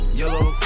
yellow